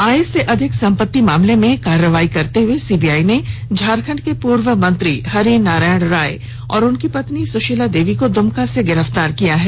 आय से अधिक संपत्ति मामले में कार्रवाई करते हुए सीबीआई ने झारखंड के पूर्व मंत्री हरिनारायण राय और उनकी पत्नी सुशीला देवी को दुमका जिले से गिरफ्तार किया है